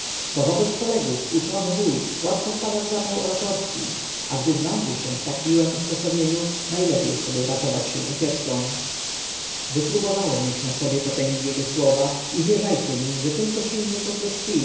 bo wobec kolegów uczony wuj łatwo wpada w zapał oratorski a gdy znajdzie się w tak miłem usposobieniu najlepiej wtedy ratować się ucieczką wypróbowałem już na sobie potęgi jego słowa i wierzajcie mi że tylko silnej kompleksyi